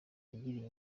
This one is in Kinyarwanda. yagiriye